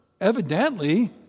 evidently